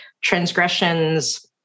transgressions